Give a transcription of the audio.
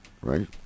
right